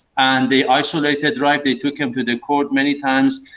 and they isolated rife. they took him to the court many times.